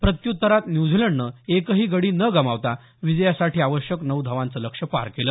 प्रत्युत्तरात न्युझीलंडनं एकही गडी न गमावता विजयासाठी आवश्यक नऊ धावांचं लक्ष्य पार केलं